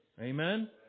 Amen